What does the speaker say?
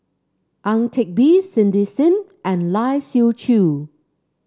Ang Teck Bee Cindy Sim and Lai Siu Chiu